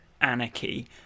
anarchy